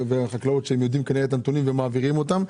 שהם כנראה יודעים את הנתונים ומעבירים אותם.